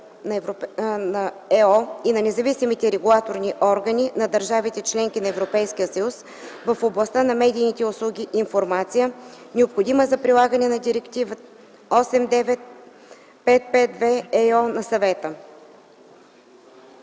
на ЕО и на независимите регулаторни органи на държавите – членки на Европейския съюз, в областта на медийните услуги информация, необходима за прилагането на Директива 89/552/ЕИО на Съвета.”